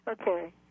Okay